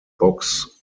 box